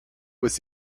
was